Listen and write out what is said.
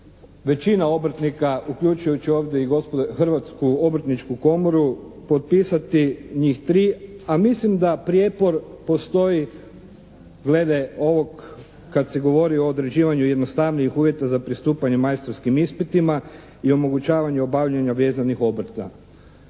većina obrtnika uključujući ovdje i Hrvatsku obrtničku komoru potpisati njih 3 a mislim da prijepor postoji glede ovog kad se govori o određivanju jednostavnijih uvjeta za pristupanje majstorskim ispitima i omogućavanju obavljanja vezanih obrta.